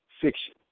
fiction